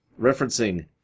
Referencing